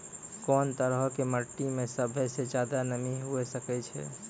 कोन तरहो के मट्टी मे सभ्भे से ज्यादे नमी हुये सकै छै?